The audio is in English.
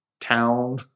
town